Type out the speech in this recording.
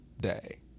day